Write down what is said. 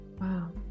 Wow